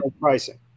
pricing